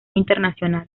internacional